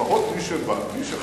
לפחות שיבוא מי שחתם.